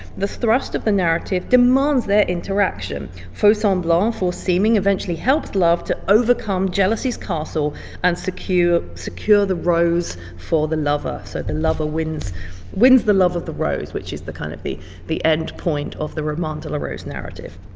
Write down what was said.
the thrust of the narrative demands their interaction. faus-samblant, false-seeming, eventually helps love to overcome jealousy's castle and secure secure the rose for the lover, so the lover wins wins the love of the rose, which is kind of the the endpoint of the roman de la rose narrative.